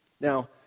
Now